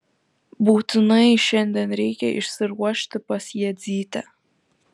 būtinai šiandien reikia išsiruošti pas jadzytę